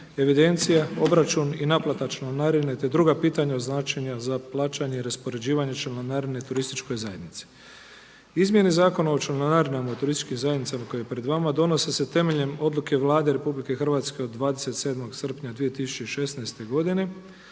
evidencija, obračun i naplate članarine te druga pitanja za plaćanje i raspoređivanje članarine turističkoj zajednici. Izmjene Zakona o članarinama i turističkim zajednicama koji je pred vama donose se temeljem Odluke Vlade Republike Hrvatske od 27. srpnja 2016. godine